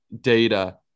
data